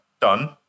done